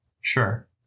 Sure